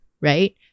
right